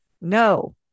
No